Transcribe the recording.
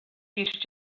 future